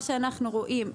את מה שאנחנו רואים.